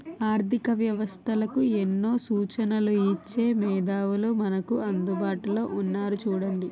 ఆర్థిక వ్యవస్థలకు ఎన్నో సూచనలు ఇచ్చే మేధావులు మనకు అందుబాటులో ఉన్నారు చూడండి